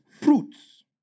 fruits